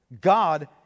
God